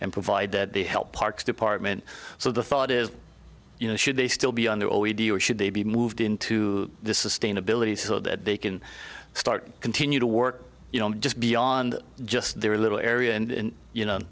and provide that they help parks department so the thought is you know should they still be on there already or should they be moved into this estate ability so that they can start continue to work you know just beyond just their little area and you know